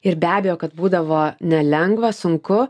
ir be abejo kad būdavo nelengva sunku